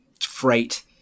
freight